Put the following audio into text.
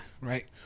Right